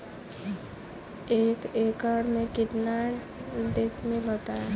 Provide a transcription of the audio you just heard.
एक एकड़ में कितने डिसमिल होता है?